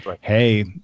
Hey